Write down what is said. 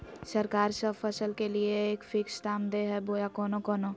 सरकार सब फसल के लिए एक फिक्स दाम दे है बोया कोनो कोनो?